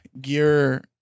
gear